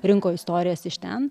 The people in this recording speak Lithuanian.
rinko istorijas iš ten